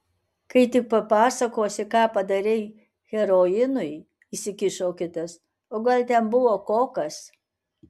kai tik papasakosi ką padarei heroinui įsikišo kitas o gal ten buvo kokas